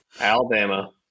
Alabama